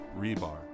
Rebar